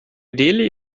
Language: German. delhi